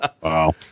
Wow